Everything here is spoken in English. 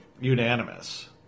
unanimous